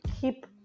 keep